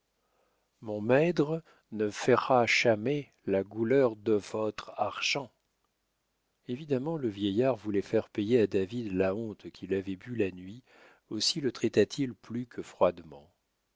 mon maîdre ne ferra chamais la gouleur te fodre archant évidemment le vieillard voulait faire payer à david la honte qu'il avait bue la nuit aussi le traita t il plus que froidement